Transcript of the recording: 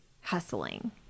hustling